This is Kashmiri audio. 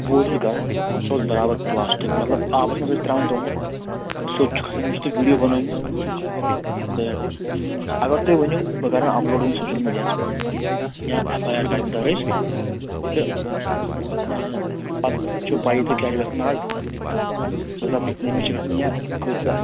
بہٕ ووتُس گرٕ سُہ اوس برابر پلاسٹِک مطلب آبس منٛز أسۍ ترٛاوان توٚمُل سیوٚد چھُ کھسان مےٚ چھُ تَتھ ویٖڈیو بنوومُت تہٕ اگر تُہۍ ؤنِو بہٕ کرن اَپ لوڈ وُنۍ سوشل میڈیاہس پیٚٹھ یا ایف آے آر کرٕ بہٕ درٕج تہٕ پتہٕ چھَو پیی تۄہہِ کیٛاہ چھُ گژھان از کٲژاہ بدنٲمی چھِ گژھان یا کٲژاہ